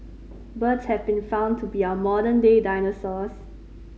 birds have been found to be our modern day dinosaurs